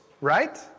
right